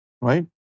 right